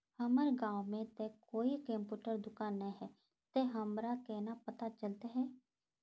हमर गाँव में ते कोई कंप्यूटर दुकान ने है ते हमरा केना पता चलते है?